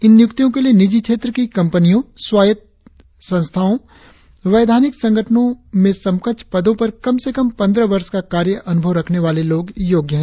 इन नियुक्तियों के लिए निजी क्षेत्र की कंपनियों स्वायत्व संस्थाओं वैधानिक संगठनों में समकक्ष पदों पर कम से कम पंद्रह वर्ष का कार्य अनुभव रखने वाले लोग योग्य है